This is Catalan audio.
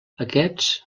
aquests